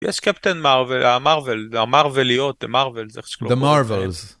יש קפטן מארוול, המארוול, המארווליות, זה איך שקוראים.